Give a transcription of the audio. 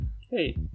Hey